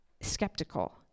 skeptical